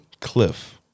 Cliff